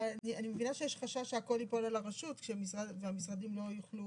אני מבינה שיש חשש שהכל ייפול על הרשות והמשרדים לא יתנו